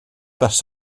bws